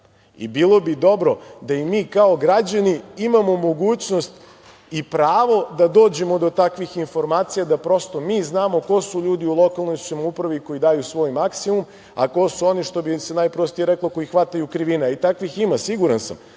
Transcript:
Bilo bi dobro da i mi kao građani imamo mogućnost i pravo da dođemo do takvih informacija, da prosto mi znamo ko su ljudi u lokalnoj samoupravi koji daju svoj maksimum a ko su oni, što bi se najprostije reklo, koji hvataju krivine? Takvih ima, siguran sam.